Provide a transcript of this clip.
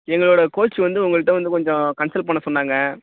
எங்களோட சோச்சு வந்து உங்கள்கிட்ட வந்து கொஞ்சம் கன்சல்ட் பண்ண சொன்னாங்க